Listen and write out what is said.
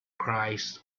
christ